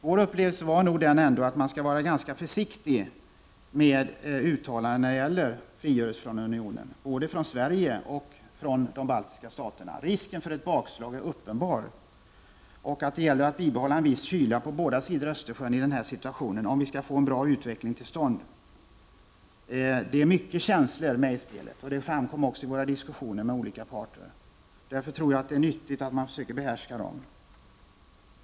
Mitt intryck blev att man bör vara ganska försiktig med uttalanden om frigörelse från unionen, från både Sveriges och de baltiska staternas sida. Risken för ett bakslag är uppenbart, och i den här situationen gäller det att bibehålla en viss kyla på båda sidor om Östersjön, om vi skall få en bra utveckling till stånd. Det är mycket känslor med i spelet, något som framkom i våra diskussioner med olika parter. Jag tror att det är nyttigt att man försöker behärska de känslorna.